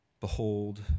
behold